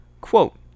quote